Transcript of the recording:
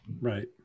right